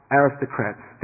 aristocrats